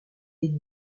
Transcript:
est